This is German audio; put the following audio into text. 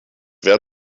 wer